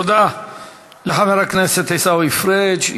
תודה לחבר הכנסת עיסאווי פריג'.